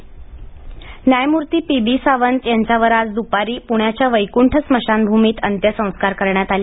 PB Sawant न्यायमूर्ती P B Sawant यांच्यावर आज दुपारी पृण्याच्या वैकूठ स्मशानभूमीत अंत्यसंस्कार करण्यात आले